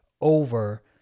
over